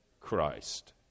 Christ